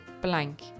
blank